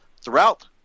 throughout